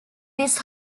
this